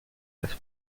las